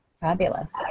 Fabulous